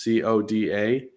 coda